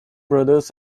brothers